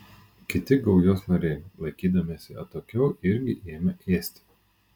kiti gaujos nariai laikydamiesi atokiau irgi ėmė ėsti